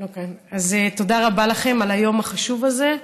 אז תודה רבה לכם על היום החשוב הזה.